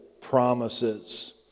promises